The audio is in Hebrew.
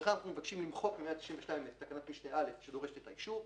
לכן אנחנו מבקשים למחוק מ-192 את תקנת משנה (א) שדורשת את האישור.